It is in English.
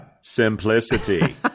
simplicity